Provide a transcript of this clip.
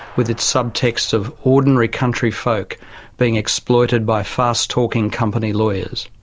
with its subtext of ordinary country folk being exploited by fast talking company lawyers.